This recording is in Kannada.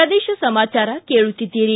ಪ್ರದೇಶ ಸಮಾಚಾರ ಕೇಳುತ್ತಿದ್ದಿರಿ